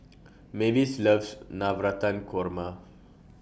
Mavis loves Navratan Korma